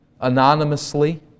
anonymously